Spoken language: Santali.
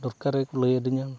ᱫᱚᱨᱠᱟᱨ ᱤᱭᱟᱹ ᱠᱚ ᱞᱟᱹᱭ ᱟᱹᱫᱤᱧᱟ